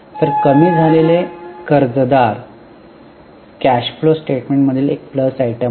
तर कमी झालेले कर्जदार कॅश फ्लो स्टेटमेंट मधील एक प्लस आयटम आहे